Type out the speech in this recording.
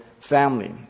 family